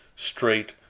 straight,